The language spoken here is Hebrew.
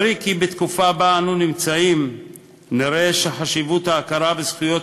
ברי כי בתקופה שבה אנו נמצאים נראה שחשיבות ההכרה בזכויות